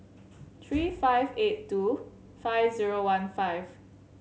three five eight two five zero one five